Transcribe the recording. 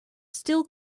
still